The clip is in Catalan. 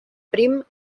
prim